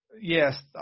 Yes